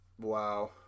Wow